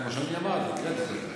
כמו שאמרתי, כן.